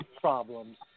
problems